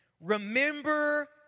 Remember